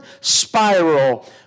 spiral